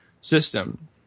system